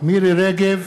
מירי רגב,